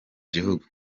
gihugu